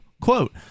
Quote